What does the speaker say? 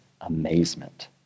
amazement